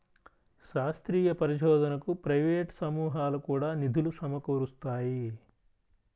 శాస్త్రీయ పరిశోధనకు ప్రైవేట్ సమూహాలు కూడా నిధులు సమకూరుస్తాయి